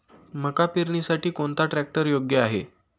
मका पेरणीसाठी कोणता ट्रॅक्टर योग्य आहे?